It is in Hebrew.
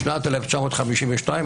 בשנת 1952,